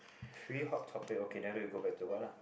free hot topic okay and then we'll go back to the what lah